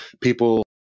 People